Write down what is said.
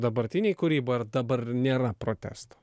dabartinėj kūryboj ar dabar nėra protesto